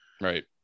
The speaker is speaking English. right